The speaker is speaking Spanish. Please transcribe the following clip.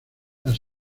las